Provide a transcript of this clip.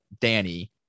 Danny